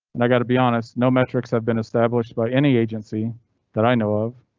and i gotta be honest, no metrics have been established by any agency that i know of.